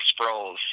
Sproles